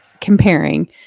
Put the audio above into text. comparing